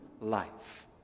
life